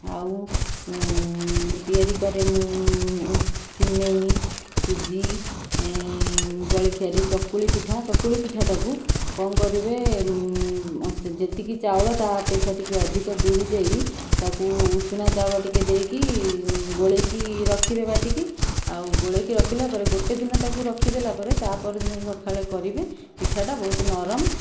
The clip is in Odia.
ଆଉ ତିଆରି କରେ ମୁଁ ସିମେଇ ସୁଜି ଜଳଖିଆରେ ଚକୁଳି ପିଠା ଚକୁଳି ପିଠା ଟାକୁ କ'ଣ କରିବେ ଯେତିକି ଚାଉଳ ତା ଅପେକ୍ଷା ଟିକିଏ ଅଧିକ ବିରି ଦେଇ ତାକୁ ଉଷୁନା ଚାଉଳ ଟିକିଏ ଦେଇକି ଗୋଳେଇକି ରଖିବେ ବାଟିକି ଆଉ ଗୋଳେଇକି ରଖିଲା ପରେ ଗୋଟିଏ ଦିନ ତାକୁ ରଖି ଦେଲା ପରେ ତାପର ଦିନ ସକାଳେ କରିବେ ପିଠାଟା ବହୁତ ନରମ